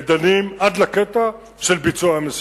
ודנים עד לקטע של ביצוע המשימה.